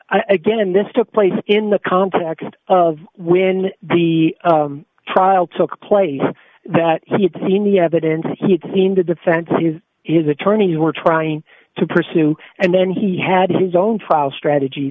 is again this took place in the context of when the trial took place that he had seen the evidence he seemed to defend his attorneys were trying to pursue and then he had his own trial strategy